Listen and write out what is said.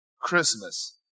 Christmas